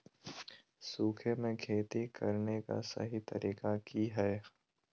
सूखे में खेती करने का सही तरीका की हैय?